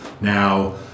now